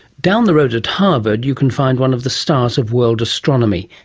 down the road at harvard you can find one of the stars of world astronomy,